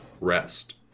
rest